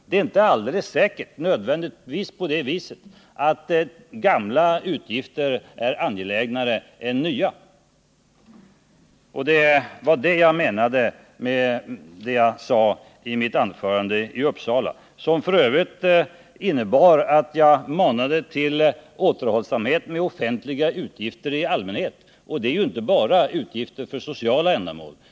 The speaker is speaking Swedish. Det är inte nödvändigtvis på det sättet att gamla utgifter är mer angelägna än nya. Det var det jag menade med det som jag sade i mitt anförande i Uppsala. Det innebar f. ö. att jag manade till återhållsamhet med offentliga utgifter i allmänhet. Det gäller inte bara utgifter till sociala ändamål.